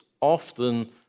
often